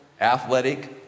athletic